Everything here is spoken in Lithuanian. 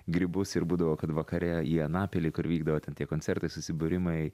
grybus ir būdavo kad vakare į anapilį kur vykdavo ten tie koncertai susibūrimai